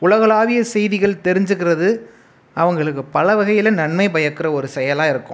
உலகளாவிய செய்திகள் தெரிஞ்சிக்கிறது அவங்களுக்கு பல வகையில் நன்மை பயக்கிற ஒரு செயலாக இருக்கும்